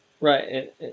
Right